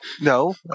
No